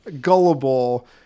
gullible